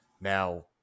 Now